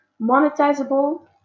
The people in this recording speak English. monetizable